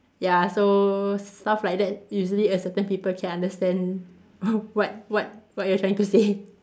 ya so stuff like that usually a certain people can understand what what what you're trying to say